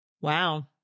Wow